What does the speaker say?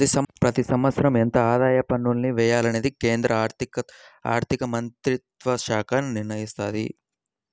ప్రతి సంవత్సరం ఎంత ఆదాయ పన్నుల్ని వెయ్యాలనేది కేంద్ర ఆర్ధికమంత్రిత్వశాఖే నిర్ణయిత్తది